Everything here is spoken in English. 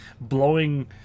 blowing